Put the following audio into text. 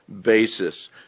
basis